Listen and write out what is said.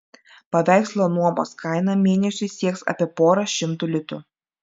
paveikslo nuomos kaina mėnesiui sieks apie porą šimtų litų